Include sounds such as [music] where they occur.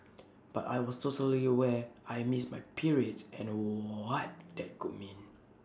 but I was totally aware I missed my periods and [hesitation] what that could mean